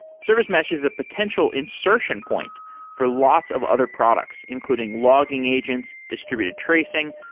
service mesh is a potential insertion point for lots of other products, including logging agents, distributed tracing,